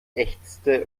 ächzte